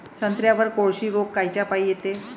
संत्र्यावर कोळशी रोग कायच्यापाई येते?